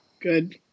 Good